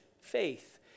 faith